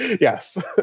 Yes